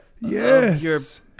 Yes